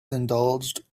indulged